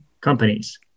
companies